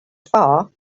far